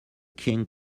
king